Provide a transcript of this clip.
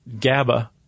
GABA